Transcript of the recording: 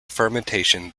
fermentation